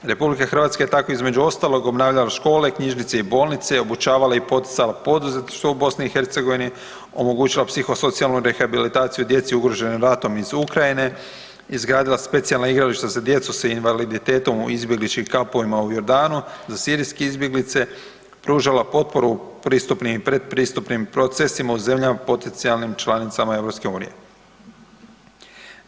RH je tako između ostalog obnavljala škole, knjižnice i bolnice, obučavala i poticala poduzetništvo u BiH, omogućila psiho-socijalnu rehabilitaciju djeci ugroženom ratom iz Ukrajine, izgradila specijalna igrališta za djecu sa invaliditetom u izbjegličkim kampovima u Jordanu, za sirijske izbjeglice, pružala potporu pristupnim i predpristupnim procesima u zemljama potencijalnim članicama EU-a.